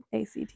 act